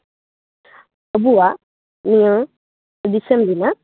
ᱟᱵᱚᱣᱟᱜ ᱱᱤᱭᱟᱹ ᱫᱤᱥᱚᱢ ᱨᱮᱱᱟᱜ